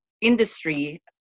industry